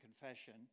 confession